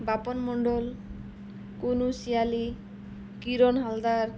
Bapun Mondal Kunu Siali Kiran Haldar